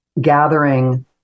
gathering